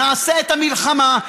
נעשה את המלחמה,